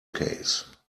case